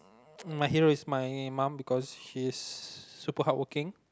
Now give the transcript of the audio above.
my hero is my mum because she's super hardworking